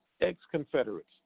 Ex-Confederates